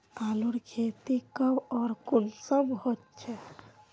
आलूर खेती कब आर कुंसम होचे?